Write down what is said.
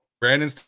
Brandon